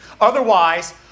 Otherwise